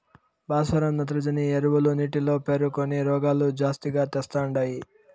భాస్వరం నత్రజని ఎరువులు నీటిలో పేరుకొని రోగాలు జాస్తిగా తెస్తండాయి